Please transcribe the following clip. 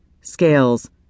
scales